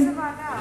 לאיזו ועדה?